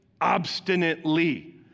obstinately